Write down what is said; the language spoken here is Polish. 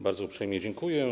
Bardzo uprzejmie dziękuję.